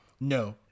no